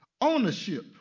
ownership